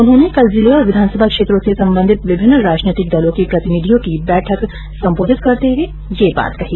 उन्होंने कल जिले और विधानसभा क्षेत्रों से संबंधित विभिन्न राजनैतिक दलों के प्रतिनिधियों की बैठक सम्बोधित करते हुए ये बात कही